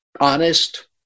honest